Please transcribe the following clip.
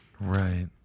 right